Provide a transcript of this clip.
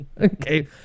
Okay